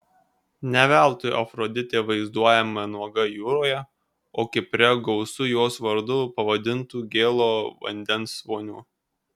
ne veltui afroditė vaizduojama nuoga jūroje o kipre gausu jos vardu pavadintų gėlo vandens vonių